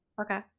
okay